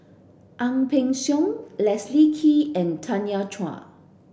Ang Peng Siong Leslie Kee and Tanya Chua